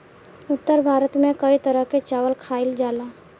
उत्तर भारत में कई तरह के चावल खाईल जाला